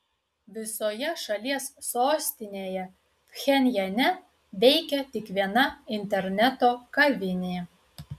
visoje šalies sostinėje pchenjane veikia tik viena interneto kavinė